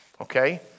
okay